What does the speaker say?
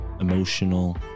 emotional